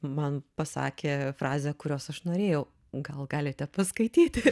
man pasakė frazę kurios aš norėjau gal galite paskaityti